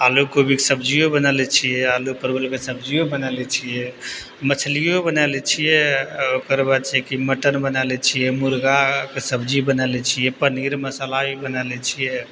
आलू कोबीके सब्जियो बनाय लै छियै आलू परवलके सब्जियो बनाय लै छियै मछलियो बनाय लै छियै आओर ओकर बाद छै कि मटन बनाय लै छियै मुर्गाके सब्जी बनाय लै छियै पनीर मसल्ला भी बनाय लै छियै